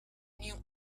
knew